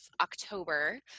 October